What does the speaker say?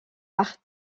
bart